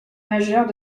majeure